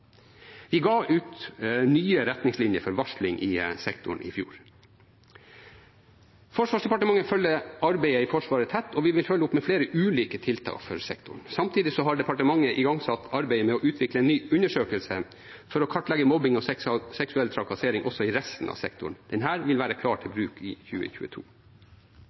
Vi ga ut nye retningslinjer for varsling i sektoren i fjor. Forsvarsdepartementet følger arbeidet i Forsvaret tett, og vi vil følge opp med flere ulike tiltak for sektoren. Samtidig har departementet igangsatt arbeidet med å utvikle en ny undersøkelse for å kartlegge mobbing og seksuell trakassering også i resten av sektoren. Denne vil være klar til bruk i 2022.